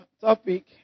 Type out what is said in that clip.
topic